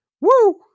Woo